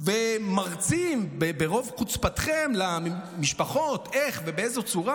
ומרצים ברוב חוצפתכם למשפחות איך ובאיזה צורה